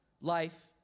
life